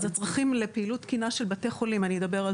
אז הצרכים לפעילות תקינה של בתי חולים אני אדבר על